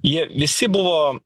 jie visi buvo